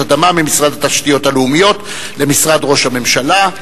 אדמה ממשרד התשתיות הלאומיות למשרד ראש הממשלה.